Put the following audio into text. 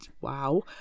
wow